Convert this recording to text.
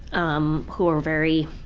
um who are very,